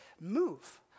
move